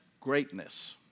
greatness